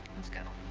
let's go.